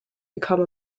become